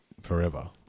forever